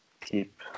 Keep